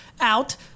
out